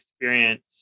experience